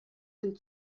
den